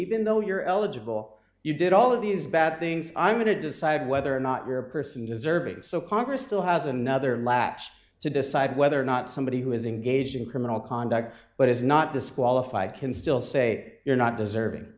even though you're eligible you did all these bad things i'm going to decide whether or not you're a person deserving so congress still has another lash to decide whether or not somebody who has engaged in criminal conduct but is not disqualified can still say you're not deserving